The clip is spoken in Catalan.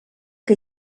que